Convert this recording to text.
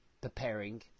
preparing